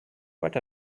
what